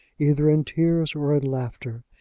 either in tears or in laughter.